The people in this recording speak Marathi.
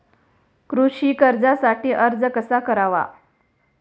कृषी कर्जासाठी अर्ज कसा करावा?